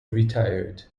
retired